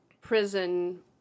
prison